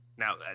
Now